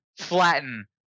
flatten